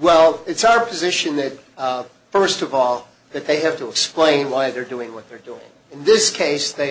well it's our position that first of all that they have to explain why they're doing what they're doing in this case they